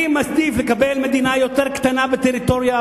אני מעדיף לקבל מדינה יותר קטנה בטריטוריה,